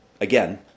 again